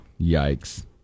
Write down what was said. Yikes